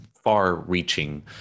Far-reaching